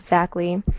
exactly.